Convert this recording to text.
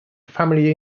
family